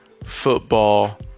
football